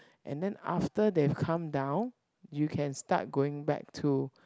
and then after they have calm down you can start going back to